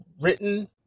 written